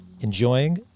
enjoying